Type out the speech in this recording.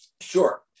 sure